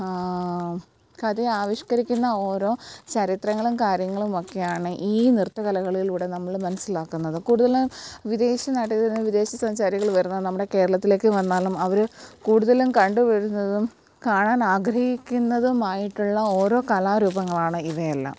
കഥ ആവിഷ്കരിക്കുന്ന ഓരോ ചരിത്രങ്ങളും കാര്യങ്ങളും ഒക്കെയാണ് ഈ നൃത്തകലകളിലൂടെ നമ്മൾ മനസ്സിലാക്കുന്നത് കൂടുതലും വിദേശ നാടുകളിൽ വിദേശ സഞ്ചാരികൾ വരുന്ന നമ്മുടെ കേരളത്തിലേക്ക് വന്നാലും അവർ കൂടുതലും കണ്ടുവരുന്നതും കാണാൻ ആഗ്രഹിക്കുന്നതുമായിട്ടുള്ള ഓരോ കലാരൂപങ്ങളാണ് ഇവയെല്ലാം